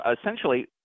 essentially